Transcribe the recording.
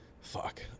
fuck